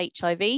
HIV